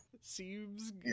Seems